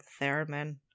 theremin